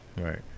Right